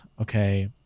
Okay